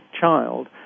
child